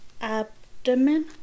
abdomen